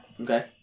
Okay